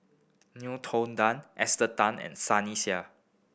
Ngiam Tong Dow Esther Tan and Sunny Sia